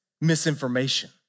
misinformation